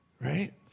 right